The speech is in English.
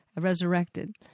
resurrected